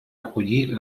recollir